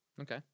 Okay